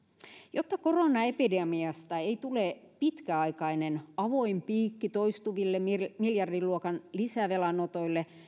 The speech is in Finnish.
jotta koronaepidemiasta ei tule pitkäaikainen avoin piikki toistuville miljardiluokan lisävelanotoille